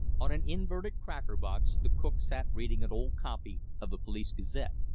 on an inverted cracker box the cook sat reading an old copy of the police gazette.